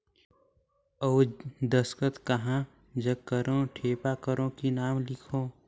अउ दस्खत कहा जग करो ठेपा करो कि नाम लिखो?